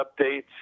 updates